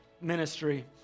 Ministry